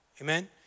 amen